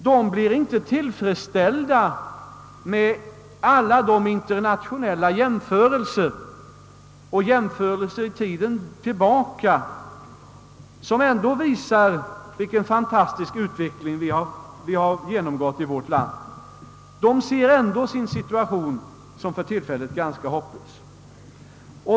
De blir inte tillfredsställda med alla de jämförelser — internationellt och med tidigare förhållanden —- som ändå visar vilken fantastisk utveckling vi genomgått i vårt land på detta område. De betraktar ändå sin situation som för tillfället ganska hopplös.